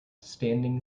standing